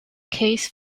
case